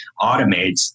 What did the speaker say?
automates